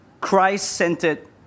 Christ-centered